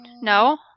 No